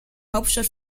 hauptstadt